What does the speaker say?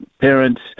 parents